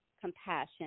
compassion